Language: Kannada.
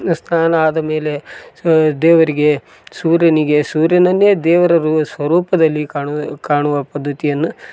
ಸ್ನಾನ ಆದ ಮೇಲೆ ಸ ದೇವರಿಗೆ ಸೂರ್ಯನಿಗೆ ಸೂರ್ಯನನ್ನೇ ದೇವರಿರುವ ಸ್ವರೂಪದಲ್ಲಿ ಕಾಣುವ ಕಾಣುವ ಪದ್ಧತಿಯನ್ನ